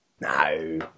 No